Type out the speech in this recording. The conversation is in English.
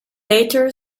later